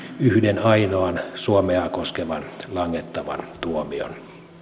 yhden ainoan suomea koskevan langettavan tuomion